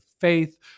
faith